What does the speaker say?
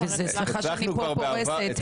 וסליחה שאני פה פורשת.